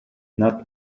not